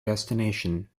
destination